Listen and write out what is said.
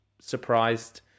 surprised